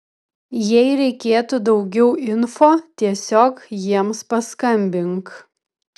jei reikėtų daugiau info tiesiog jiems paskambink